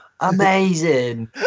Amazing